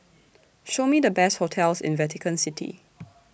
Show Me The Best hotels in Vatican City